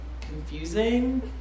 confusing